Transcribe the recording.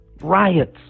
riots